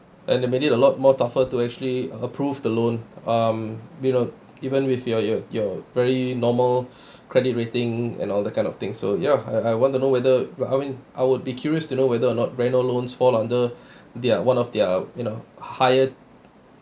and they made it a lot more tougher to actually approve the loan um you know even with your your your very normal credit rating and all that kind of thing so ya I I want to know whether I mean I would be curious to know whether or not reno loans fall under their one of their you know higher